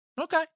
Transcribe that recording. Okay